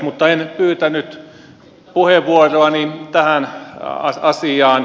mutta en pyytänyt puheenvuoroani tähän asiaan